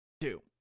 two